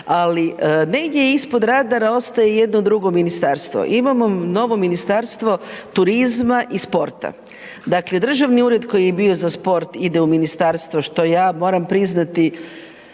ali negdje ispod radara ostaje jedno drugo ministarstvo. Imamo novo Ministarstvo turizma i sporta. Dakle, državni ured koji je bio sport ide u ministarstvo što ja moram priznati,